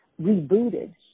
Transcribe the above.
rebooted